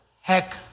heck